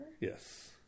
yes